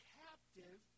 captive